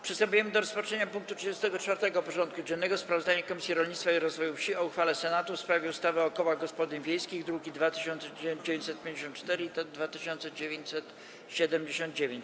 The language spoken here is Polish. Przystępujemy do rozpatrzenia punktu 34. porządku dziennego: Sprawozdanie Komisji Rolnictwa i Rozwoju Wsi o uchwale Senatu w sprawie ustawy o kołach gospodyń wiejskich (druki nr 2954 i 2979)